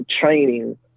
training